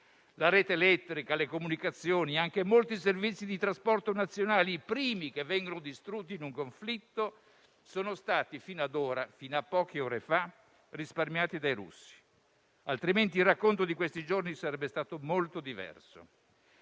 La rete elettrica, le comunicazioni e anche molti servizi di trasporto nazionale - i primi che vengono distrutti in un conflitto - sono stati fino a poche ore fa risparmiati dai russi, altrimenti il racconto degli ultimi giorni sarebbe stato molto diverso.